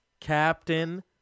Captain